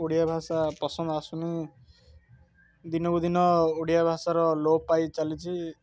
ଓଡ଼ିଆ ଭାଷା ପସନ୍ଦ ଆସୁନି ଦିନକୁ ଦିନ ଓଡ଼ିଆ ଭାଷାର ଲୋପ ପାଇଚାଲିଛି